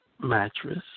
mattress